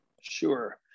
Sure